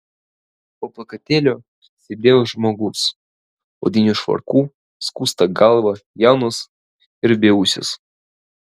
po plakatėliu sėdėjo žmogus odiniu švarku skusta galva jaunas ir beūsis